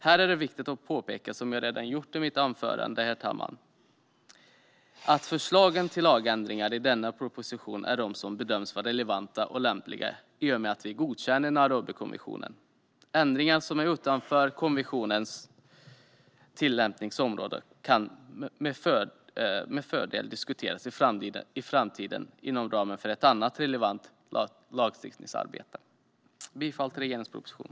Här är det viktigt att påpeka, som jag redan har gjort i mitt anförande, herr talman, att förslagen till lagändringar i propositionen är de som bedöms vara relevanta och lämpliga i och med att vi godkänner Nairobikonventionen. Ändringar som är utanför konventionens tillämpningsområde kan med fördel diskuteras i framtiden inom ramen för ett annat relevant lagstiftningsarbete. Jag yrkar bifall till regeringens proposition.